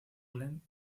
glenn